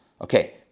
Okay